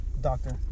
Doctor